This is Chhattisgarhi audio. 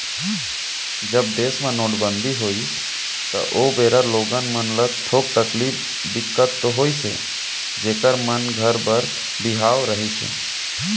जब देस म नोटबंदी होइस त ओ बेरा लोगन मन ल थोक तकलीफ, दिक्कत तो होइस हे जेखर मन घर बर बिहाव रहिस हे